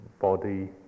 body